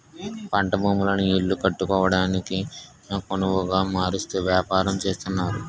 పంట భూములను ఇల్లు కట్టుకోవడానికొనవుగా మారుస్తూ వ్యాపారం చేస్తున్నారు